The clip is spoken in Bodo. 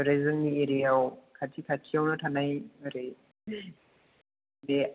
ओरै जोंनि एरियाआव खाथि खाथिआवनो थानाय ओरै बे